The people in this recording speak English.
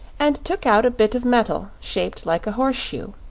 and took out a bit of metal shaped like a horseshoe.